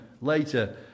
later